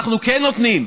אנחנו כן נותנים.